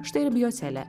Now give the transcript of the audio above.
štai ir biocelė